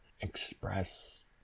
express